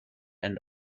and